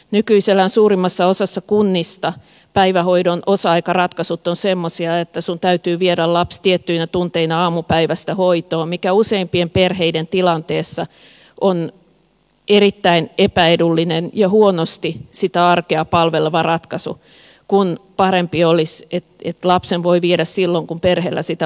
nykyisellään suurimmassa osassa kunnista päivähoidon osa aikaratkaisut ovat semmoisia että sinun täytyy viedä lapsi tiettyinä tunteina aamupäivästä hoitoon mikä useimpien perheiden tilanteessa on erittäin epäedullinen ja huonosti sitä arkea palveleva ratkaisu kun parempi olisi että lapsen voi viedä silloin kun perheellä sitä hoidontarvetta on